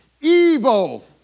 evil